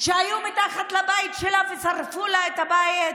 שהיו מתחת לבית שלה ושרפו לה את הבית?